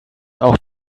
auch